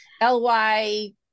l-y